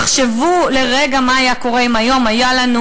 תחשבו לרגע מה היה קורה אם היום היה לנו